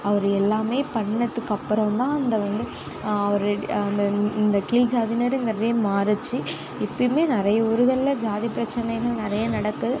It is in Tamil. அவர் எல்லாமே பண்ணத்துக்கு அப்புறம் தான் இந்த வந்து அவர் இந்த இந்த கீழ் ஜாதியினருங்கிறதே மாறுச்சு இப்பவுமே நிறைய ஊருகள்ல ஜாதி பிரச்சனைகள் நிறைய நடக்குது